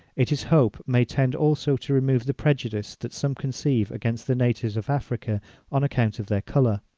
it is hoped may tend also to remove the prejudice that some conceive against the natives of africa on account of their colour.